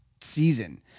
season